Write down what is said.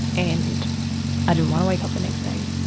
and i didn't want to wake up the next day.